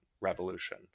revolution